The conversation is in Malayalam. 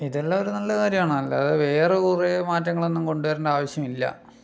ഇതെല്ലാം ഒരു നല്ല കാര്യമാണ് അല്ലാതെ വേറെ കുറെ മാറ്റങ്ങളൊന്നും കൊണ്ട് വരേണ്ട ആവശ്യമില്ല